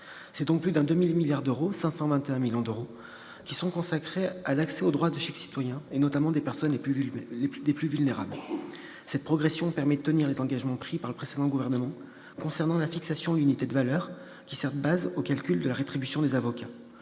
C'est donc plus d'un demi-milliard d'euros, 521 millions d'euros précisément, qui sont consacrés à l'accès au droit de chaque citoyen, notamment des personnes les plus vulnérables. Cette progression permet de tenir les engagements pris par le précédent gouvernement concernant la fixation de l'unité de valeur qui sert de base au calcul de la rétribution des avocats.